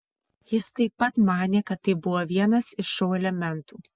jis taip pat manė kad tai buvo vienas iš šou elementų